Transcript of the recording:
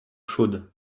chaude